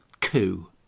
coup